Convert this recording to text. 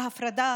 ההפרדה,